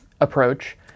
approach